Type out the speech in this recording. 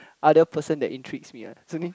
other person that intrigues me ah it's only